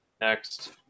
Next